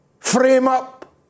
frame-up